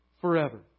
forever